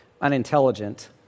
unintelligent